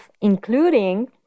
including